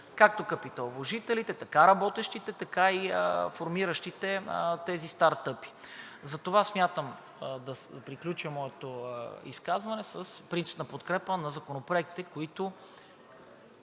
както капиталовложителите, така и работещите, така и формиращите тези стартъп. Затова смятам да приключа моето изказване с принципна подкрепа на законопроектите, които